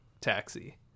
taxi